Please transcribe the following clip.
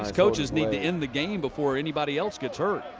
coaches need to end the game before anybody else gets hurt.